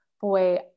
boy